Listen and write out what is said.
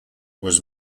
was